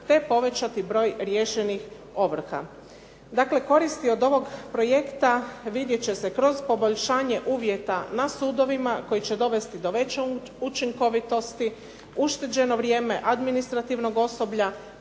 te povećati broj riješenih ovrha. Dakle, koristi od ovog projekta vidjet će se kroz poboljšanje uvjeta na sudovima koji će dovesti do veće učinkovitosti, ušteđeno vrijeme, administrativnog osoblja,